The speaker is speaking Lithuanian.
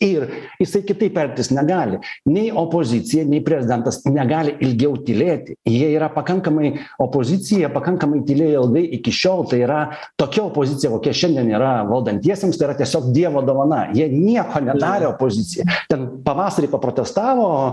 ir jisai kitaip elgtis negali nei opozicija nei prezidentas negali ilgiau tylėti jie yra pakankamai opozicija pakankamai tylėjo ilgai iki šiol tai yra tokia opozicija kokia šiandien yra valdantiesiems tai yra tiesiog dievo dovana jie nieko nedarė opozicija ten pavasarį paprotestavo